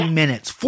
minutes